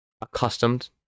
accustomed